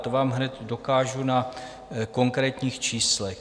To vám hned dokážu na konkrétních číslech.